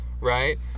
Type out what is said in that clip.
right